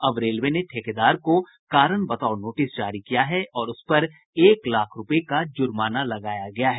अब रेलवे ने ठेकेदार को कारण बताओ नोटिस जारी किया है और उस पर एक लाख रूपए का जुर्माना लगाया है